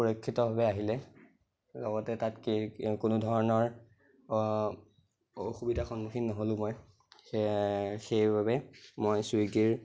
সুৰক্ষিতভাৱে আহিলে লগতে তাত কোনো ধৰণৰ অসুবিধা সন্মুখীন নহ'লো মই সেয়ে সেই বাবে মই ছুইগীৰ